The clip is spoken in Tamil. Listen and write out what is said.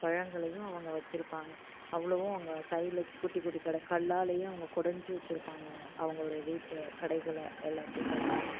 பழங்களையும் அவங்க வச்சுருப்பாங்க அவ்வளவும் அங்கே சைடில் குட்டி குட்டி கல்லாலேயே அவங்க குடஞ்சி வச்சுருப்பாங்க அவங்களுடைய வீட்டை கடைகளை எல்லாத்தையும் பார்த்தீங்கன்னா